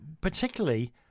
particularly